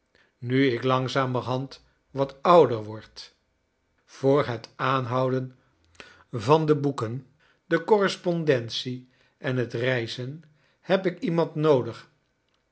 nu ik langzamerhand wat ouder word voor het aanhouden van de boeken de correspondentie en het reizen heb ik iemand noodig